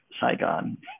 Saigon